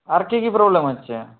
আর কি কি প্রব্লেম হচ্ছে